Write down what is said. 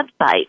website